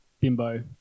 Bimbo